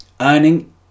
earning